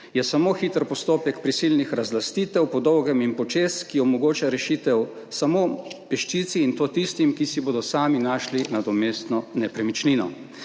je samo hiter postopek prisilnih razlastitev po dolgem in počez, ki omogoča rešitev samo peščici, in to tistim, ki si bodo sami našli nadomestno nepremičnino,